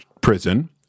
prison